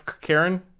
Karen